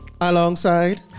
alongside